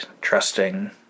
trusting